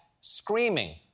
screaming